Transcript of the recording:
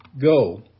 Go